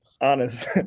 Honest